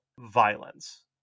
violence